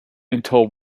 until